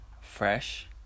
fresh